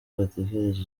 batekereje